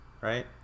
right